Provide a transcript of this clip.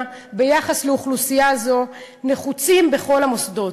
ביחס לאוכלוסייה זו נחוצים בכל המוסדות,